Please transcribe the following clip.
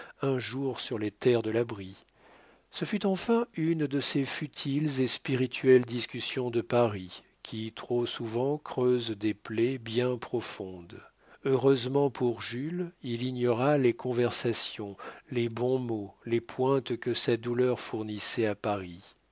un jour sur les terres de la brie ce fut enfin une de ces futiles et spirituelles discussions de paris qui trop souvent creusent des plaies bien profondes heureusement pour jules il ignora les conversations les bons mots les pointes que sa douleur fournissait à paris